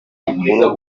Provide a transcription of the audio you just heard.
n’umukuru